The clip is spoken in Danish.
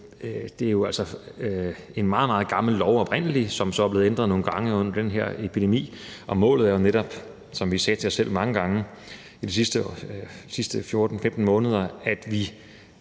at det jo altså er en meget, meget gammel lov oprindelig, som så er blevet ændret nogle gange under den her epidemi, og målet er jo netop, som vi sagde til os selv mange gange de sidste 14-15 måneder, at vi,